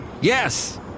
Yes